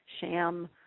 sham